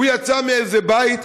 הוא יצא מאיזה בית,